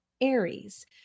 Aries